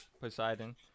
Poseidon